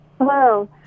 Hello